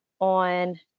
on